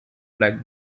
like